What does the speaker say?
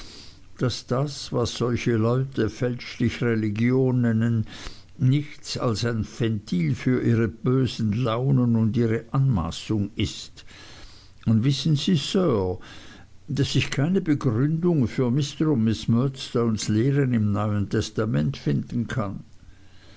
daß das was solche leute fälschlich religion nennen nichts als ein ventil für ihre bösen launen und ihre anmaßung ist und wissen sie sir daß ich keine begründung für mr und miß murdstones lehren im neuen testament finden kann